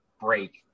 break